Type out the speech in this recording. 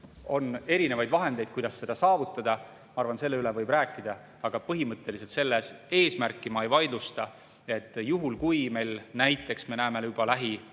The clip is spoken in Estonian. on erinevaid vahendeid, kuidas seda saavutada. Ma arvan, et selle üle võib rääkida. Aga põhimõtteliselt seda eesmärki ma ei vaidlusta. Juhul, kui me näiteks näeme juba